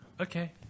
Okay